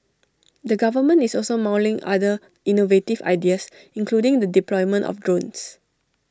the government is also mulling other innovative ideas including the deployment of drones